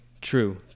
true